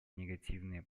негативные